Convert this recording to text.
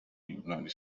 united